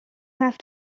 have